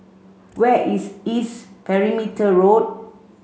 where is East Perimeter Road